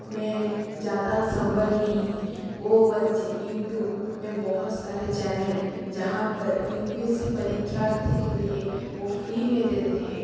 में ज़्यादा संबल नहीं है वो बच्चे यूट्यूब में बहुत सारे चैनल जहाँ पर यू पी एस सी परीक्षार्थी के लिए वो फ्री में देते है